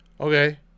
okay